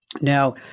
Now